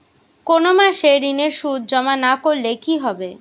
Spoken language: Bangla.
কোনো মাসে ঋণের সুদ জমা না করলে কি হবে?